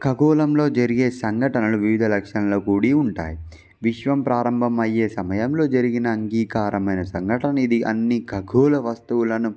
ఖగోళంలో జరిగే సంఘటనలు వివిధ లక్షణాలు కూడి ఉంటాయి విశ్వం ప్రారంభం అయ్యే సమయంలో జరిగిన అంగీకారమైన సంఘటన ఇది అన్ని ఖగోళ వస్తువులను